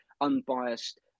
unbiased